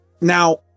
Now